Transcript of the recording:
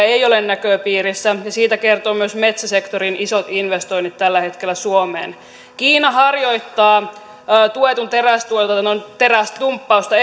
ei ole näköpiirissä ja siitä kertovat myös metsäsektorin isot investoinnit tällä hetkellä suomeen kiina harjoittaa tuetun terästuotannon teräsdumppausta